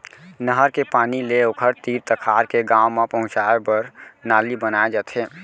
नहर के पानी ले ओखर तीर तखार के गाँव म पहुंचाए बर नाली बनाए जाथे